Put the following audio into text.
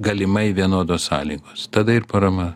galimai vienodos sąlygos tada ir parama